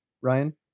ryan